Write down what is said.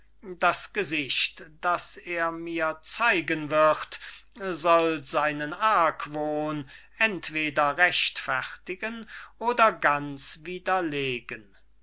das gesicht das er mir zeigen wird soll seinen argwohn entweder rechtfertigen oder ganz widerlegen